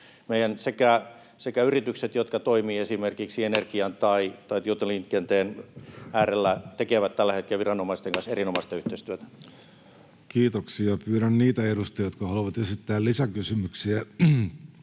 Meidän yritykset, jotka toimivat esimerkiksi energian tai tietoliikenteen äärellä, tekevät tällä hetkellä viranomaisten kanssa erinomaista yhteistyötä. Kiitoksia. — Pyydän niitä edustajia, jotka haluavat esittää lisäkysymyksiä